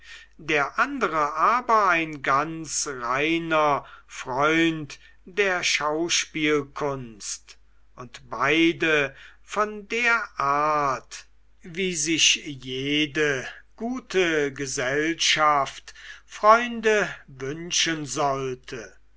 der andere aber ein ganz reiner freund der schauspielkunst und beide von der art wie sich jede gute gesellschaft freunde wünschen sollte